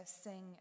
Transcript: sing